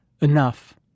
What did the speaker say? Enough